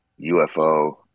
UFO